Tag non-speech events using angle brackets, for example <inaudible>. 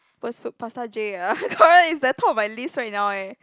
fast food pasta J ah <laughs> it's the top of my list right now leh